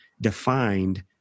defined